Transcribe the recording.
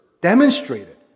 demonstrated